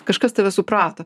kažkas tave suprato